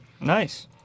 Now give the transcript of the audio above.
Nice